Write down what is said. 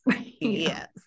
yes